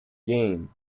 games